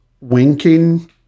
winking